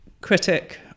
critic